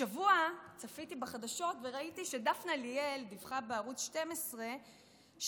השבוע צפיתי בחדשות וראיתי שדפנה ליאל דיווחה בערוץ 12 שהקואליציה